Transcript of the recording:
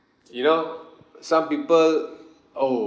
you know some people oh